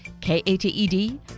kated